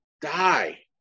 die